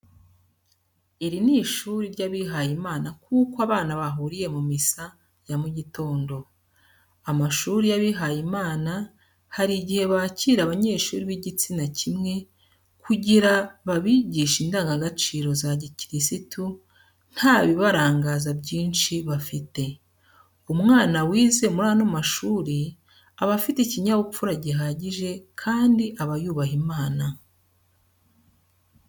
Iri ni ishuri ry'abihaye Imana kuko abana bahuriye muri misa ya mugitondo. Amashuri y'abihaye Imana hari igihe bakira abanyeshuri b'igitsina kimwe kugira babigishe indangagaciro za gikristu nta bibarangaza byinshi bafite. Umwana wize muri ano mashuri aba afite ikinyabupfura gihagije kandi aba yubaha Imana.